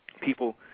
People